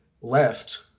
left